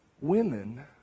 women